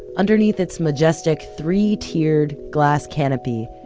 underneath it's majestic three-tiered glass canopy,